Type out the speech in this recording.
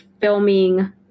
filming